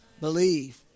believe